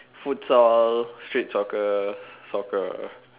futsal street soccer soccer